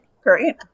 Great